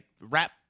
rap